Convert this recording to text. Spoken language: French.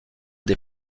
des